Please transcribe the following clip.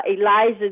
Eliza